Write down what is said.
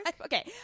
Okay